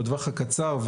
בטווח הקצר,